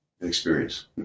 experience